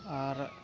ᱟᱨ